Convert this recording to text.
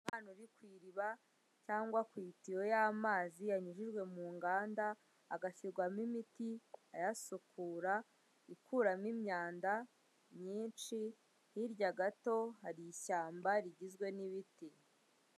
Umwana uri ku iriba cyangwa ku itiyo y'amazi yanyujijwe mu nganda agashyirwamo imiti, iyasukura, ikuramo imyanda myinshi, hirya gato hari ishyamba rigizwe n'ibiti.